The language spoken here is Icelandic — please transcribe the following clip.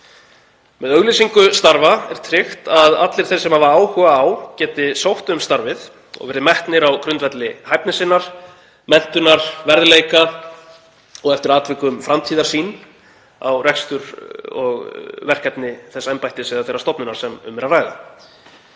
Með auglýsingu starfa er tryggt að allir þeir sem áhuga hafa geti sótt um starf og verið metnir á grundvelli hæfni sinnar, menntunar, verðleika og eftir atvikum framtíðarsýn sinni á rekstur og verkefni þess embættis eða þeirrar stofnunar sem um er að ræða.